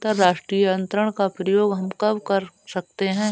अंतर्राष्ट्रीय अंतरण का प्रयोग हम कब कर सकते हैं?